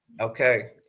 Okay